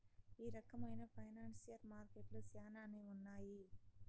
ఈ రకమైన ఫైనాన్సియల్ మార్కెట్లు శ్యానానే ఉన్నాయి